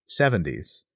70s